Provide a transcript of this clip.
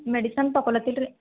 medicine ತಕೊಲತಿಲ್ಲ ರೀ